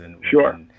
Sure